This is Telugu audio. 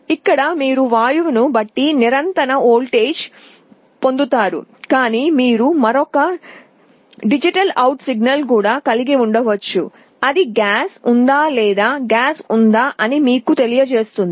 ఇక్కడ మీరు వాయువును బట్టి నిరంతర వోల్టేజ్ పొందుతారు కానీ మీరు మరొక డిజిటల్ అవుట్ సిగ్నల్ కూడా కలిగి ఉండవచ్చు అది గ్యాస్ ఉందా లేదా గ్యాస్ ఉందా అని మీకు తెలియజేస్తుంది